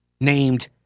named